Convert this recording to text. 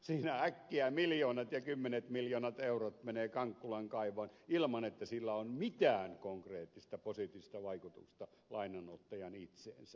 siinä äkkiä miljoonat ja kymmenet miljoonat eurot menevät kankkulan kaivoon ilman että sillä on mitään konkreettista positiivista vaikutusta lainanottajaan itseensä